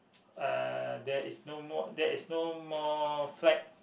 uh there is no more there is no more flight